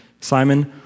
Simon